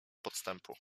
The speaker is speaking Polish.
podstępu